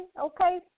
okay